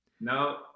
No